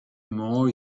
more